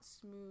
smooth